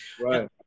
Right